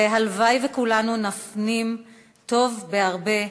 הלוואי שכולנו נפנים טוב בהרבה,